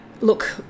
look